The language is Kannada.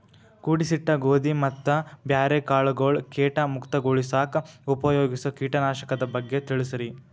ಕೂಡಿಸಿಟ್ಟ ಗೋಧಿ ಮತ್ತ ಬ್ಯಾರೆ ಕಾಳಗೊಳ್ ಕೇಟ ಮುಕ್ತಗೋಳಿಸಾಕ್ ಉಪಯೋಗಿಸೋ ಕೇಟನಾಶಕದ ಬಗ್ಗೆ ತಿಳಸ್ರಿ